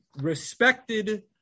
respected